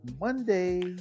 Monday